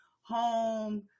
home